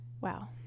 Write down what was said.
Wow